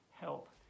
help